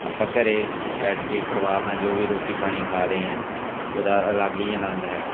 ਆਪਾਂ ਘਰ ਬੈਠ ਕੇ ਪਰਿਵਾਰ ਨਾਲ ਜੋ ਵੀ ਰੋਟੀ ਪਾਣੀ ਖਾ ਰਹੇ ਹਾਂ ਉਹਦਾ ਅਲੱਗ ਹੀ ਆਨੰਦ ਹੈ